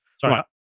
Sorry